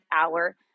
hour